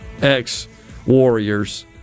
ex-warriors